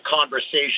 conversation